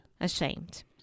Ashamed